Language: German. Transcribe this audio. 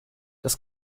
das